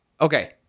Okay